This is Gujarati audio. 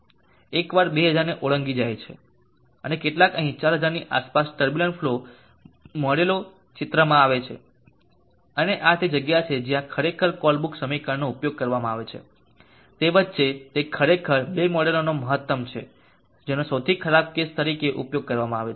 એકવાર 2000 ને ઓળંગી જાય છે અને કેટલાક અહીં 4000 ની આસપાસ ટર્બુલન્ટ ફ્લો મોડેલો ચિત્રમાં આવે છે અને આ તે જગ્યા છે જ્યાં ખરેખર કોલબ્રુક સમીકરણનો ઉપયોગ કરવામાં આવે છે તે વચ્ચે તે ખરેખર 2 મોડેલોનો મહત્તમ છે જેનો સૌથી ખરાબ કેસ તરીકે ઉપયોગ કરવામાં આવે છે